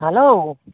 hello